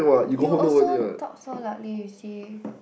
you also talk so loudly you see